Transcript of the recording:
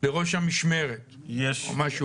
לבין ראש המשמרת, או משהו כזה.